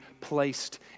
placed